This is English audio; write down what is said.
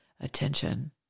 attention